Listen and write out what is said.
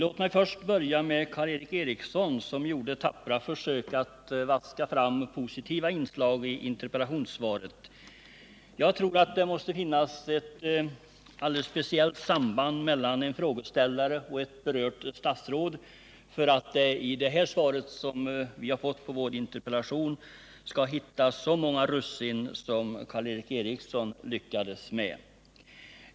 Herr talman! Karl Erik Eriksson gjorde tappra försök att vaska fram positiva inslag i interpellationssvaret. Jag tror det måste finnas ett alldeles speciellt samband mellan en frågeställare och det berörda statsrådet för att mani det svar vi fått på vår interpellation skall hitta så många russin som Karl Erik Eriksson lyckades med.